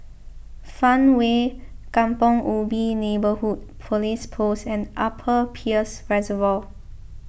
Farmway Kampong Ubi Neighbourhood Police Post and Upper Peirce Reservoir